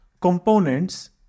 components